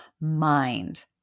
mind